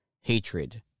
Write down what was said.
hatred